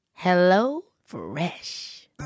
HelloFresh